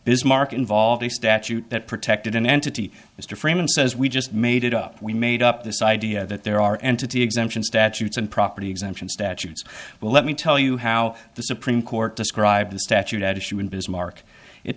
bismarck involved a statute that protected an entity mr freeman says we just made it up we made up this idea that there are entity exemptions statutes and property exemptions statutes well let me tell you how the supreme court described the statute at issue in bismarck it